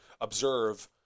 observe